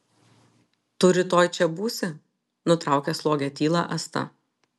tu rytoj čia būsi nutraukė slogią tylą asta